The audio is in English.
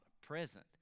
present